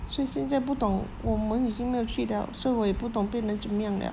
所以现在不懂我们已经没有去了所以我也不懂变得怎样了